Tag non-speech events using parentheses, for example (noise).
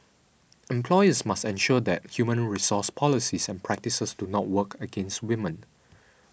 (noise) employers must ensure that human resource policies and practices do not work against women